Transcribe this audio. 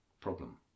problem